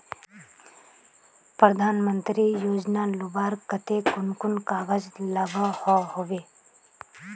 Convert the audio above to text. प्रधानमंत्री योजना लुबार केते कुन कुन कागज लागोहो होबे?